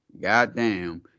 Goddamn